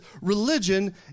religion